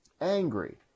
angry